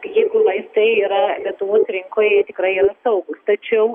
jeigu vaistai yra lietuvos rinkoje jie tikrai yra saugūs tačiau